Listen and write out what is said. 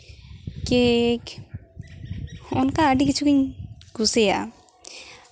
cake ᱚᱱᱠᱟ ᱟᱹᱰᱤ ᱠᱤᱪᱷᱩ ᱜᱤᱧ ᱠᱩᱥᱤᱭᱟᱜᱼᱟ